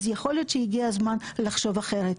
אז יכול להיות שהגיע הזמן לחשוב אחרת.